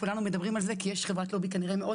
כולנו מדברים על זה כי יש חברת לובי כנראה מאוד